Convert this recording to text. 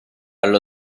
allo